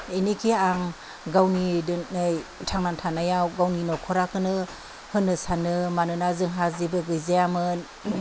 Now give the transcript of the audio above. बेनिखायनो आं गावनि दिनै थांनानै थानायाव गावनि न'खराखौनो होनो सानो मानोना जोंहा जेबो गैजायामोन